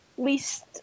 least